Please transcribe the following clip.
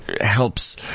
helps